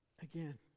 again